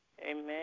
Amen